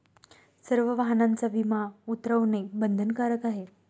सर्व वाहनांचा विमा उतरवणे बंधनकारक आहे